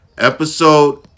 Episode